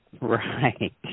Right